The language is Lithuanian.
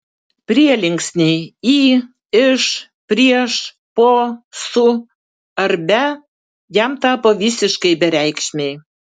prielinksniai į iš prieš po su ar be jam tapo visiškai bereikšmiai